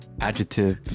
adjective